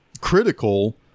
critical